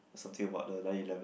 something about the nine eleven